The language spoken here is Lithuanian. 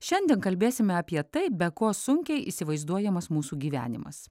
šiandien kalbėsime apie tai be ko sunkiai įsivaizduojamas mūsų gyvenimas